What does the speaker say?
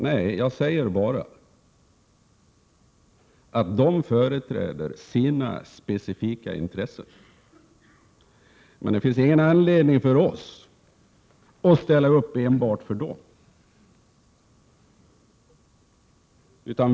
Nej, jag säger bara att de företräder sina specifika intressen, men det finns ingen anledning för oss att ställa upp enbart för dem.